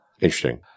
Interesting